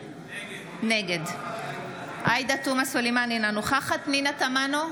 נגד עאידה תומא סלימאן, אינה נוכחת פנינה תמנו,